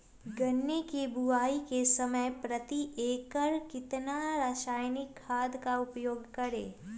गन्ने की बुवाई के समय प्रति एकड़ कितना रासायनिक खाद का उपयोग करें?